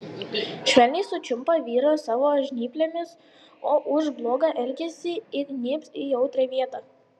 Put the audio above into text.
švelniai sučiumpa vyrą savo žnyplėmis o už blogą elgesį įgnybs į jautrią vietą